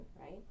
right